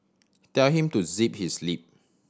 tell him to zip his lip